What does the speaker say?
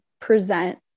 present